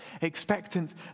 Expectant